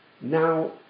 now